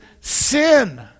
sin